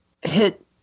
hit